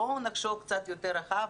בואו נחשוב קצת יותר רחב,